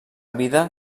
vida